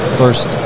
first